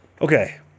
okay